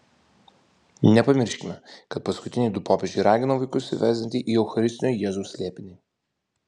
nepamirškime kad paskutiniai du popiežiai ragino vaikus įvesdinti į eucharistinio jėzaus slėpinį